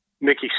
mickey